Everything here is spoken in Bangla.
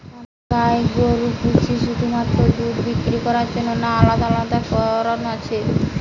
আমরা গাই গরু পুষি শুধুমাত্র দুধ বিক্রি করার জন্য না আলাদা কোনো কারণ আছে?